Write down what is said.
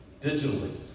digitally